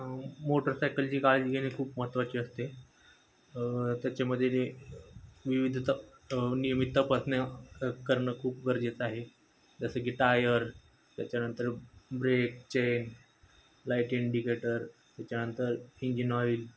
मोटरसायकलची काळजी घेणं खूप महत्त्वाची असते त्याच्यामध्ये विविधत नियमित्त पालन करणं खूप गरजेचं आहे जसं की टायर त्याच्यानंतर ब्रेक चेन लाईट इंडिकेटर त्याच्यानंतर इंजिन ऑईल